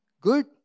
Good